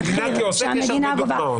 לגבי המדינה כעוסק יש הרבה דוגמאות.